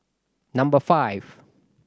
number five